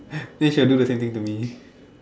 then she will do the same thing to me